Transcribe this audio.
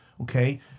okay